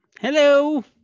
Hello